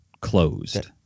closed